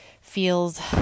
feels